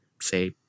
say